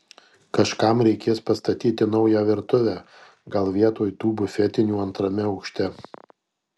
kažkam reikės pastatyti naują virtuvę gal vietoj tų bufetinių antrame aukšte